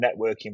networking